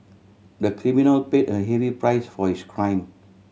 the criminal paid a heavy price for his crime